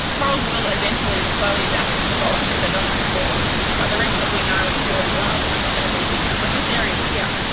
corals will eventually slowly adapt and evolve because they've done it before, but the reefs that we know and enjoy and love are not going to be here. like this area yeah